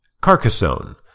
Carcassonne